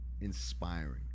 inspiring